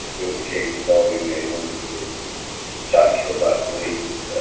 there was a case involving a woman who was shot, killed by police